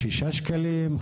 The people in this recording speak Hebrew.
6 שקלים,